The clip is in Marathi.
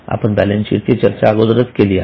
आपण बॅलन्सशीटची चर्चा अगोदरच केली आहे